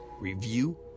review